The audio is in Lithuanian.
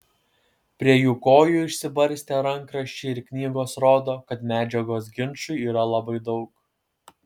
prie jų kojų išsibarstę rankraščiai ir knygos rodo kad medžiagos ginčui yra labai daug